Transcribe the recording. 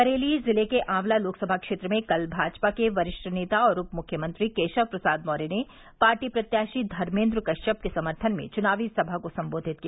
बरेली जिले के आँवला लोकसभा क्षेत्र में कल भाजपा के वरिष्ठ नेता और उपमुख्यमंत्री केशव प्रसाद मौर्य ने पार्टी प्रत्याशी धर्मेन्द्र कश्यप के समर्थन में चुनावी सभा को सम्बोधित किया